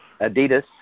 Adidas